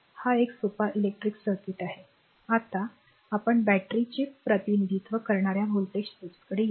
हा एक सोपा इलेक्ट्रिक सर्किट आहे आता आपण बॅटरीचे प्रतिनिधित्व करणार्या व्होल्टेज स्त्रोताकडे येऊ